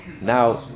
Now